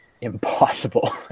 impossible